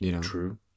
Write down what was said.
True